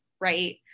right